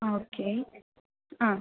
okay ആ